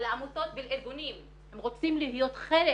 לעמותות וארגונים, הם רוצים להיות חלק